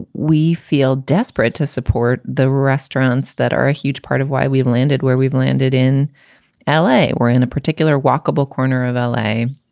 we feel desperate to support the restaurants that are a huge part of why we landed where we've landed in l a. we're in a particular walkable corner of l a,